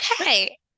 okay